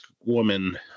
woman